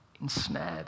ensnared